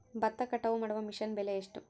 ಭತ್ತ ಕಟಾವು ಮಾಡುವ ಮಿಷನ್ ಬೆಲೆ ಎಷ್ಟು?